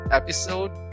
episode